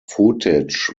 footage